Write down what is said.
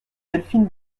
delphine